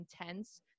intense